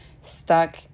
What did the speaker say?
stuck